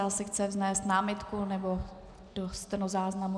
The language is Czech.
Asi chce vznést námitku nebo něco do stenozáznamu.